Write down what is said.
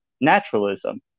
naturalism